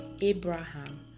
abraham